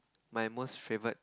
my most favourite